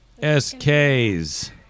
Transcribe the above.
SKs